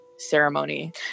Ceremony